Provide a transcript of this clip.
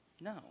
No